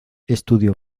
estudió